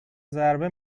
ضربه